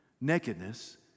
nakedness